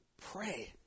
Pray